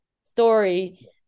story